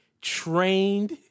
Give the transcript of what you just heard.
trained